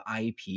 IP